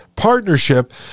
partnership